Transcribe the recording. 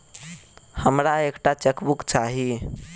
हमरा एक टा चेकबुक चाहि